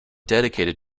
dedicated